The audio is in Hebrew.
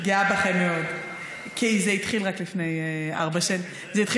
כי זה התחיל רק לפני ארבע שנים.